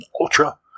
Ultra